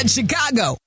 Chicago